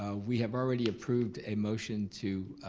ah we have already approved a motion to